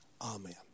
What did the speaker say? Amen